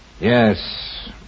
Yes